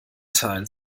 teil